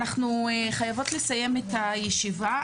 אנחנו חייבות לסיים את הישיבה,